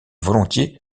volontiers